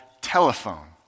telephone